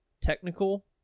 technical